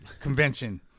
Convention